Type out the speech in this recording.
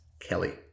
Kelly